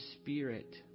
Spirit